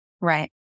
Right